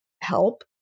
help